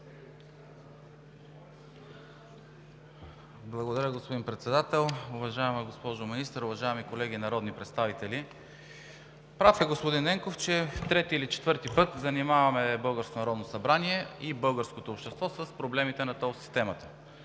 Благодаря, господин Председател. Уважаеми господин Министър, уважаеми колеги народни представители! Прав е господин Ненков, че трети или четвърти път занимаваме българското Народно събрание и българското общество с проблемите на тол системата.